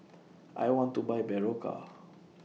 I want to Buy Berocca